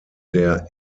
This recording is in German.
der